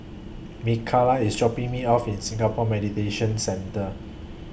Mikala IS dropping Me off in Singapore Mediation Centre